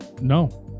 no